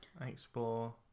explore